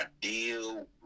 deal